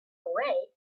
away